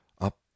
up